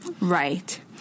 Right